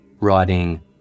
writing